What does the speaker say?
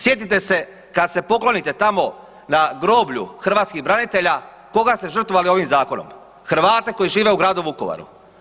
Sjetite se kad se poklonite tamo na groblju hrvatskih branitelja koga ste žrtvovali ovim zakonom Hrvate koji žive u gradu Vukovaru.